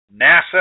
NASA